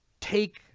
take